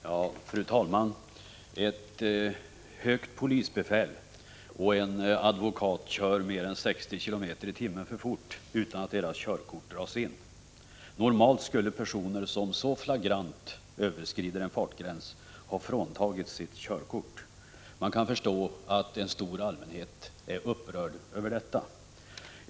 Likhet inför lagen är en av hörnstenarna i en demokrati. Tilltron till det svenska rättsväsendets oförvitlighet är stark. Vissa händelser under senare tid har emellertid upprört allmänhetens rättskänsla, och många har börjat ifrågasätta om vi verkligen är lika inför lagen. Det är allvarligt. Bakom allmänhetens ökade oro återfinns bl.a. några fall av flagranta trafiköverträdelser av personer i hög tjänsteställning. Trots att de överskred gällande fartgränser med 66 km/tim fick de ändå behålla sina körkort.